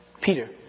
Peter